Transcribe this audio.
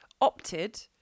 opted